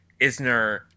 Isner